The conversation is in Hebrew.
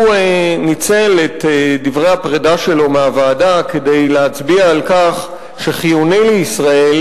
הוא ניצל את דברי הפרידה שלו מהוועדה כדי להצביע על כך שחיוני לישראל